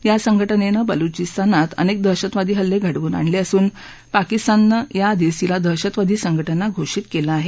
या संघाज्ञनं बलुविस्तानात अनेक दहशतवादी हल्ले घडवून आणले असून पाकिस्तानानं याआधीच तिला दहशतवादी संघाजा घोषित केलं आहे